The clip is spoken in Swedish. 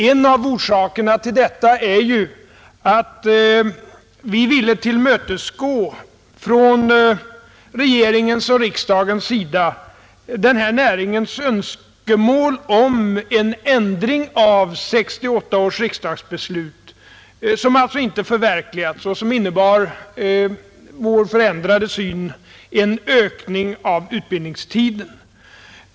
En av orsakerna till detta är ju att vi från regeringens och riksdagens sida ville tillmötesgå skogsbruksnäringens önskemål om en ändring av 1968 års riksdagsbeslut, som alltså inte förverkligats och som innebar en ökning av utbildningstiden.